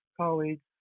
colleagues